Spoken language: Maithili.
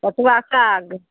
बथुआ साग